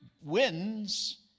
wins